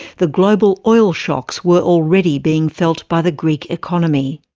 the global oil shocks were already being felt by the greek economy.